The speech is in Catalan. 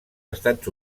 estats